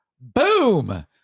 boom